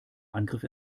angriff